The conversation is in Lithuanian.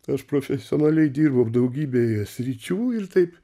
tai aš profesionaliai dirbau daugybėje sričių ir taip